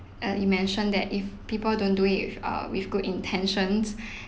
err you mention that if people don't it with err with good intentions